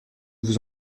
vous